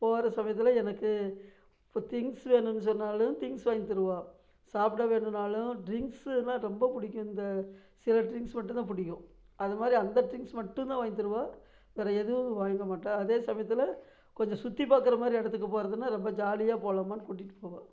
போகற சமயத்தில் எனக்கு இப்போ திங்க்ஸ் வேணுன்னு சொன்னாலும் திங்க்ஸ் வாங்கி தருவா சாப்பிட வேணுனாலும் ட்ரிங்க்ஸுன்னா ரொம்ப பிடிக்கும் இந்த சில ட்ரிங்க்ஸ் மட்டும்தான் பிடிக்கும் அதுமாதிரி அந்த திங்க்ஸ் மட்டும்தான் வாங்கி தருவா வேறு எதுவும் வாங்க மாட்டா அதே சமயத்தில் கொஞ்சம் சுற்றி பார்க்கறமாரி இடத்துக்கு போகறதுன்னா ரொம்ப ஜாலியாக போகலாம்மான்னு கூட்டிகிட்டு போவா